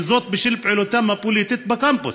וזאת בשל פעילותם הפוליטית בקמפוס.